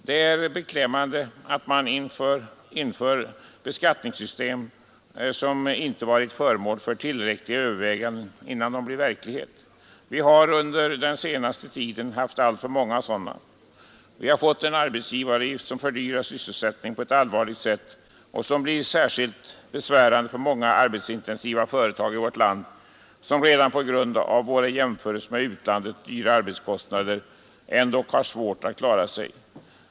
Det är beklämmande att man inför beskattningssystem som inte varit föremål för tillräckliga överväganden innan de blir verklighet. Vi har under den senaste tiden haft alltför många sådana. Vi har fått en arbetsgivaravgift som fördyrar sysselsättningen på ett allvarligt sätt och som blir särskilt besvärande för många arbetskraftsintensiva företag i vårt land, vilka redan på grund av våra i jämförelse med utlandet höga arbetskostnader har svårt att klara sig.